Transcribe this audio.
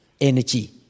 energy